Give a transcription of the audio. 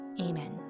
Amen